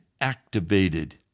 activated